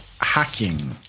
hacking